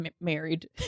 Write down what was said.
married